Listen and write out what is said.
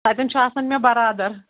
تَتٮ۪ن چھُ آسان مےٚ برادر